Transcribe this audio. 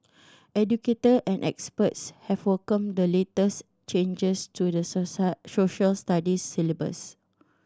educator and experts have welcomed the latest changes to the Social Studies syllabus